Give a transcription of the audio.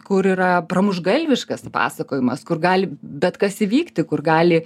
kur yra pramuštgalviškas pasakojimas kur gali bet kas įvykti kur gali